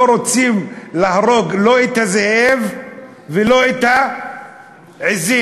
לא רוצים להרוג לא את הזאב ולא את העזים.